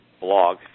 blog